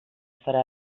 farà